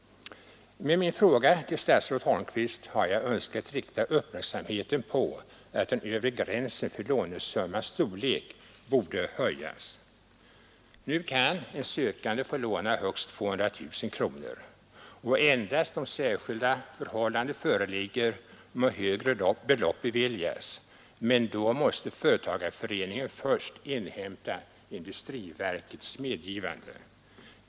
Med min fråga till statsrådet Holmqvist har jag önskat rikta uppmärksamheten på att den övre gränsen för lånesummans storlek borde höjas. Nu kan en sökande få låna högst 200 000 kronor. Endast om särskilda förhållanden föreligger må högre belopp beviljas, men då måste företagarföreningen först inhämta industriverkets medgivande.